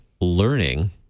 learning